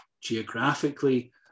geographically